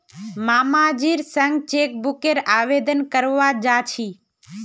मामाजीर संग चेकबुकेर आवेदन करवा जा छि